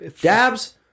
dabs